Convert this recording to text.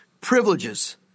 privileges